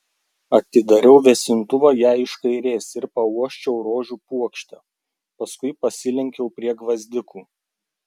atidariau vėsintuvą jai iš kairės ir pauosčiau rožių puokštę paskui pasilenkiau prie gvazdikų